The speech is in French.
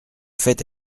fait